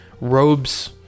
robes